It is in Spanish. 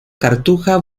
cartuja